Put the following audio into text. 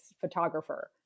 photographer